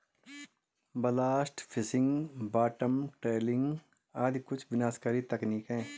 blast fishing, bottom trawling आदि कुछ विनाशकारी तकनीक है